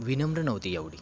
विनम्र नव्हती एवढी